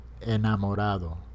Enamorado